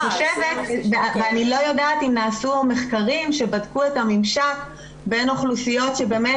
ואני לא יודעת אם נעשו המחקרים שבדקו את הממשק בין אוכלוסיות שבאמת